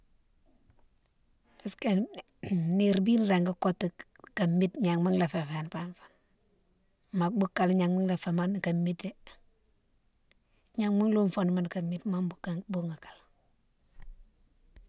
Est ce que nire bine régui kotou ka mide gnama la féfé fo ringhe, ma boukalé gnama la fémone ka midé, gnama loume fani mone ka mide ma bouni kalé.